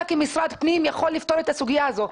כמשרד הפנים יכול לפתור את הסוגיה הזאת?